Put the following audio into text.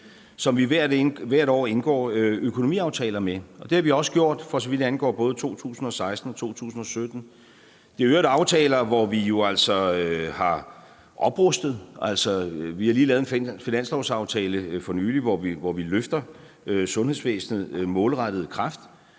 som vi hvert år indgår økonomiaftaler med, og det har vi også gjort, for så vidt angår 2016 og 2017. Det er i øvrigt aftaler, hvor vi jo altså har oprustet; vi har for nylig lavet en finanslovsaftale, hvor vi løfter sundhedsvæsenet målrettet kræft;